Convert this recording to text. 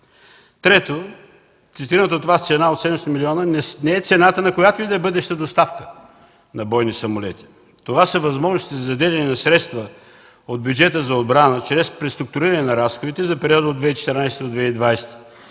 Трето, цитираната от Вас цена 700 милиона не е цената, на която и да е доставка на бойни самолети. Това са възможностите за заделяне на средства от бюджета за отбрана чрез преструктуриране на разходите за периода от 2014 до 2020